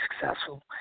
successful